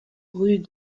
rue